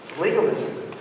legalism